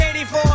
84